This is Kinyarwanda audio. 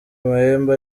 amahembe